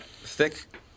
thick